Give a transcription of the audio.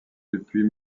depuis